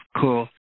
Cool